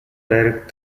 direct